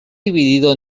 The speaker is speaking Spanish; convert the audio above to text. dividido